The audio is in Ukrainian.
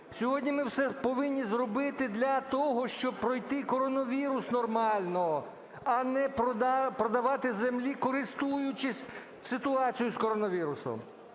Сьогодні ми все повинні зробити для того, щоб пройти коронавірус нормально, а не продавати землі, користуючись ситуацією з коронавірусом.